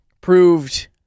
proved